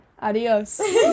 Adios